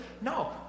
No